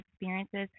experiences